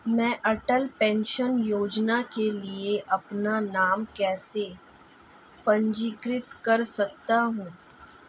मैं अटल पेंशन योजना के लिए अपना नाम कैसे पंजीकृत कर सकता हूं?